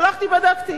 הלכתי ובדקתי.